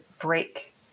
break